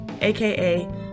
aka